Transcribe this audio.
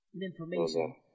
information